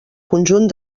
conjunt